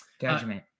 judgment